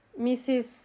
Mrs